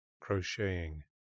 crocheting